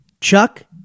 Chuck